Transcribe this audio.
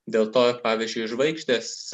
dėl to pavyzdžiui žvaigždės